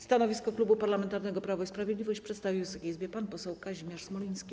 Stanowisko Klubu Parlamentarnego Prawo i Sprawiedliwość przedstawi Wysokiej Izbie pan poseł Kazimierz Smoliński.